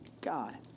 God